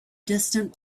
distant